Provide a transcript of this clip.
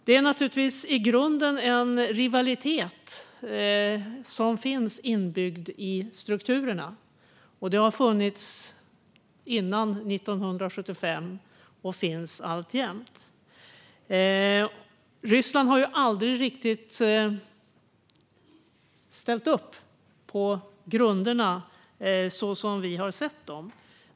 Det finns en i grunden inbyggd rivalitet i strukturerna. Den fanns också före 1975, och den finns alltså alltjämt. Ryssland har aldrig riktigt ställt upp på grunderna så som vi har sett dem.